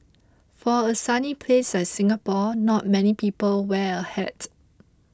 for a sunny place like Singapore not many people wear a hat